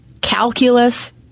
calculus